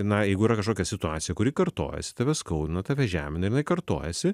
na jeigu yra kažkokia situacija kuri kartojasi tave skaudina tave žemina jinai kartojasi